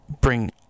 bring